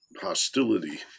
Hostility